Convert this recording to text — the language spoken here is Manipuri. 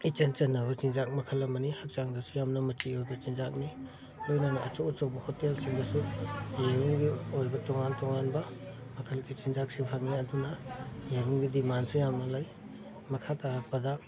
ꯏꯆꯟ ꯆꯟꯅꯕ ꯆꯤꯟꯖꯥꯛ ꯃꯈꯜ ꯑꯃꯅꯤ ꯍꯛꯆꯥꯡꯗꯁꯨ ꯌꯥꯝꯅ ꯃꯆꯤ ꯑꯣꯏꯕ ꯆꯤꯟꯖꯥꯛꯅꯤ ꯂꯣꯏꯅꯅ ꯑꯆꯧ ꯑꯆꯧꯕ ꯍꯣꯇꯦꯜꯁꯤꯡꯗꯁꯨ ꯌꯦꯔꯨꯝꯒꯤ ꯑꯣꯏꯕ ꯇꯣꯉꯥꯟ ꯇꯣꯉꯥꯟꯕ ꯃꯈꯜꯒꯤ ꯆꯤꯟꯖꯥꯛꯁꯤꯡ ꯐꯪꯉꯤ ꯑꯗꯨꯅ ꯌꯦꯔꯨꯝꯒꯤꯗꯤ ꯗꯤꯃꯥꯟꯁꯨ ꯌꯥꯝꯅ ꯂꯩ ꯃꯈꯥ ꯇꯥꯔꯛꯄꯗ